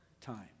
Time